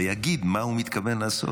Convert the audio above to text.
ויגיד מה הוא מתכוון לעשות.